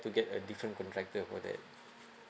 to get a different contractor for that